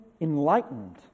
enlightened